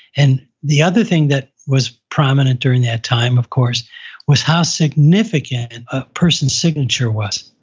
and the other thing that was prominent during that time of course was how significant and a person's signature was.